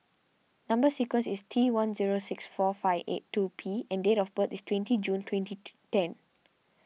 Number Sequence is T one zero six four five eight two P and date of birth is twenty June twenty ten